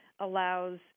allows